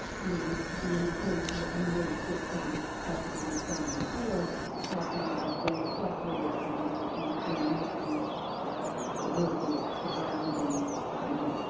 you know, the that indication that you made, kristen, as we have done before talking about those sub-bullets and they would be in the ah the verbiage surrounding these.